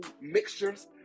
mixtures